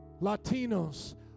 Latinos